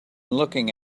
looking